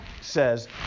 says